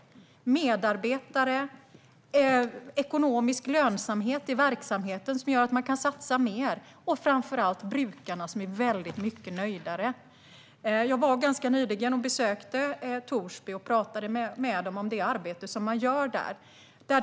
Medarbetarna vinner på det, och det blir en ekonomisk lönsamhet i verksamheten som gör att man kan satsa mer. Framför allt brukarna är väldigt mycket nöjdare. Jag besökte ganska nyligen Torsby och pratade med dem om det arbete som man gör.